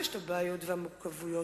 ראש מועצה אני מכירה את זה מקרוב,